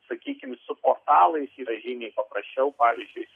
sakykime su portalais yra žymiai paprasčiau pavyzdžiui